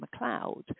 McLeod